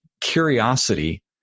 curiosity